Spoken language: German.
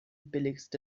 billigste